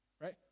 right